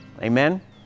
Amen